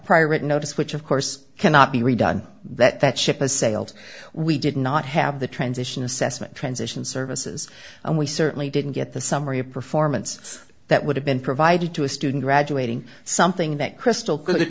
prior written notice which of course cannot be redone that that ship has sailed we did not have the transition assessment transition services and we certainly didn't get the summary of performance that would have been provided to a student graduating something that crystal